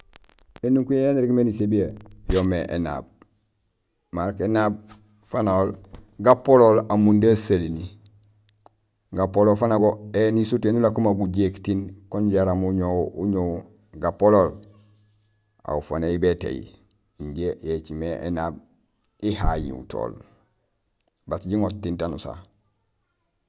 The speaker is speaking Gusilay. Énukuréén yaan irégmé nisébiyé yo yoomé énaab. Marok énaab fanahol gapolool amundé asaléni, gapolool fanago éni surtout éni ulako ma gujéék tiin kun jaraam uñoow gapolool aw fanahi bétééy injé yo écimé énaab ihañihutool bat jiŋoot tiin tnuur sa.